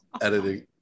editing